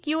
Q